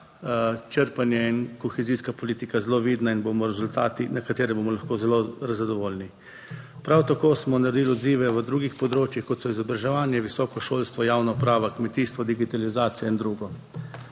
črpanje in kohezijska politika zelo vidna in bodo rezultati, na katere bomo lahko zelo zadovoljni. Prav tako smo naredili odzive na drugih področjih, kot so izobraževanje, visoko šolstvo, javna uprava, kmetijstvo, digitalizacija in drugo.